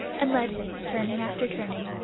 and led him, turning after turning,